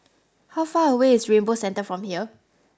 how far away is Rainbow Centre from here